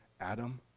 adam